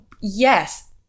yes